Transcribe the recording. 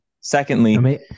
Secondly